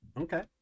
Okay